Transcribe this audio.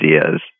ideas